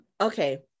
Okay